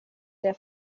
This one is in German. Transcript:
der